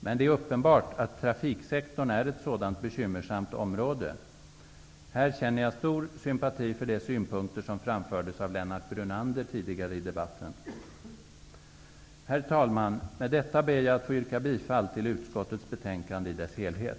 Men det är uppenbart att trafiksektorn är ett bekymmersamt område. Här känner jag stor sympati för de synpunkter som framfördes av Herr talman! Med detta ber jag att få yrka bifall till hemställan i utskottets betänkande i dess helhet.